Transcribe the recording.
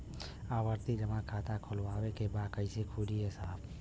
आवर्ती जमा खाता खोलवावे के बा कईसे खुली ए साहब?